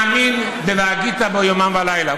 שמאמין, ומאמין ב"והגית בו יומם ולילה".